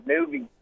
movie